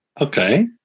Okay